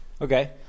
okay